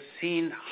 seen